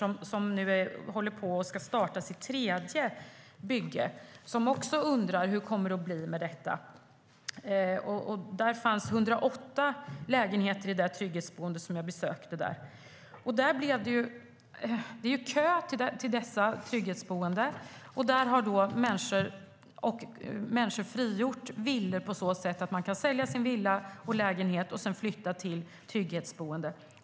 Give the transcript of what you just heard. Den fastighetsägaren håller nu på att starta sitt tredje bygge och undrar också: Hur kommer det att bli med detta? Det fanns 108 lägenheter i det trygghetsboende som jag besökte. Det är kö till dessa trygghetsboenden. Människor har frigjort villor. Man kan ju sälja sin villa och lägenhet och flytta till ett trygghetsboende.